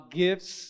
gifts